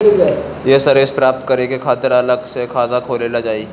ये सर्विस प्राप्त करे के खातिर अलग से खाता खोलल जाइ?